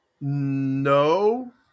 No